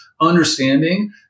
understanding